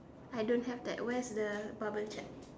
I don't have that where is the bubble chat